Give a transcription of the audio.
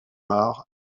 marc